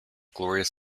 glorious